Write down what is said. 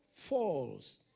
falls